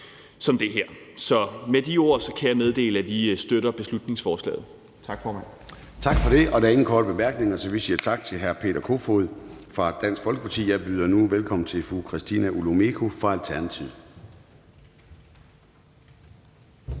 som det her. Så med de ord kan jeg meddele, at vi støtter beslutningsforslaget. Tak, formand. Kl. 12:52 Formanden (Søren Gade): Tak for det. Der er ingen korte bemærkninger, så vi siger tak til hr. Peter Kofod fra Dansk Folkeparti. Jeg byder nu velkommen til fru Christina Olumeko fra Alternativet.